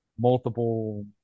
multiple